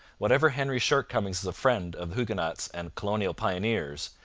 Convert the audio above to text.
whatever henry's shortcomings as a friend of huguenots and colonial pioneers,